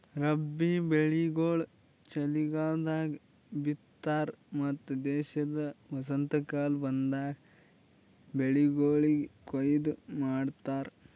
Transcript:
ರಬ್ಬಿ ಬೆಳಿಗೊಳ್ ಚಲಿಗಾಲದಾಗ್ ಬಿತ್ತತಾರ್ ಮತ್ತ ದೇಶದ ವಸಂತಕಾಲ ಬಂದಾಗ್ ಬೆಳಿಗೊಳಿಗ್ ಕೊಯ್ಲಿ ಮಾಡ್ತಾರ್